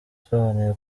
yasobanuye